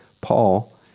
Paul